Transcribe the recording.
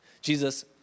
Jesus